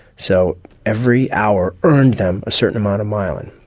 so every hour earned them a certain amount of myelin,